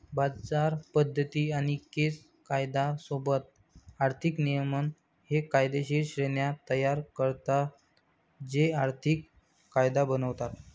बाजार पद्धती आणि केस कायदा सोबत आर्थिक नियमन हे कायदेशीर श्रेण्या तयार करतात जे आर्थिक कायदा बनवतात